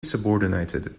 subordinated